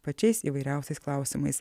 pačiais įvairiausiais klausimais